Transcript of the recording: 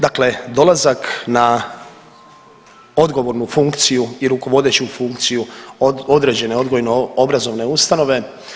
Dakle, dolazak na odgovornu funkciju i rukovodeću funkciju određene odgojno obrazovne ustanove.